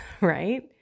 right